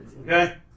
Okay